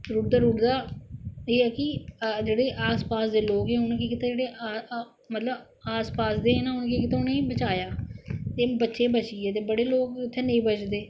रुढ़दा रुढ़दा ऐ है कि जेहडे़ आस पास दे लोक हे उनेंग केह् कीता मतलब आस पास दे हे उनें केह् कीता उनेंगी बचाया ते बच्चे बच्ची गे बडे़ लोक उत्थै नेईं बचदे